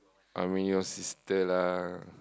I mean your sister lah